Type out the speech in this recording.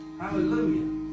Hallelujah